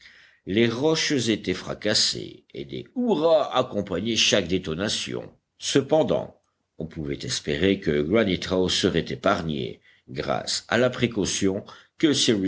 les roches étaient fracassées et des hurrahs accompagnaient chaque détonation cependant on pouvait espérer que granite house serait épargné grâce à la précaution que